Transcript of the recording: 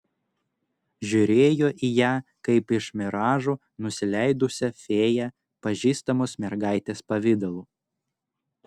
žiūrėjo į ją kaip iš miražų nusileidusią fėją pažįstamos mergaitės pavidalu